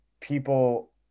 people